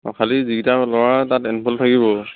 অঁ খালি যিকেইটা ল'ৰা তাত থাকিব